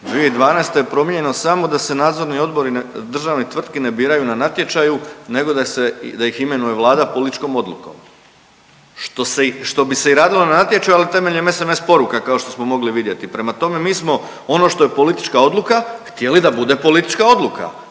2012. je promijenjeno samo da se nadzorni odbori državnih tvrtki ne biraju na natječaju nego da se, da ih imenuje Vlada političkom odlukom. Što se i, što bi se i radilo na natječaju, ali temeljem SMS poruka, kao što smo mogli vidjeti, prema tome, mi smo ono što je politička odluka htjeli da bude politička odluka,